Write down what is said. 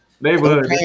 Neighborhood